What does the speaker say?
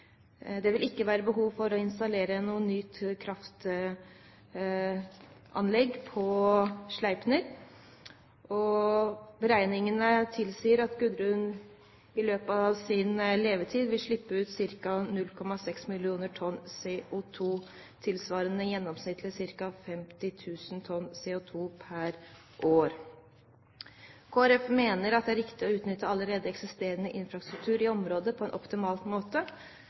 Det vil ikke være behov for å installere noe nytt kraftanlegg på Sleipner, og beregningene tilsier at Gudrun i løpet av sin levetid vil slippe ut ca. 0,6 mill. tonn CO2, tilsvarende gjennomsnittlig ca. 50 000 tonn CO2 per år. Kristelig Folkeparti mener det er riktig å utnytte allerede eksisterende infrastruktur i området på en optimal måte.